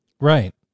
Right